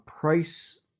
price